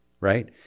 right